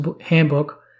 Handbook